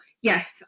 yes